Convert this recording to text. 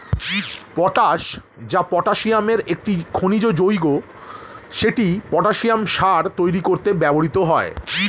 potash, যা পটাসিয়ামের একটি খনিজ যৌগ, সেটি পটাসিয়াম সার তৈরি করতে ব্যবহৃত হয়